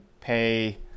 pay